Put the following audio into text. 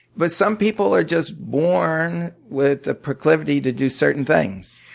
but some people are just born with the proclivity to do certain things.